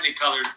colored